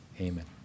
amen